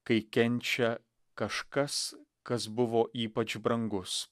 kai kenčia kažkas kas buvo ypač brangus